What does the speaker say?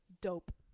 Dope